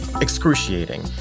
excruciating